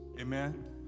Amen